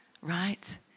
right